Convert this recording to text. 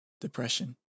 Depression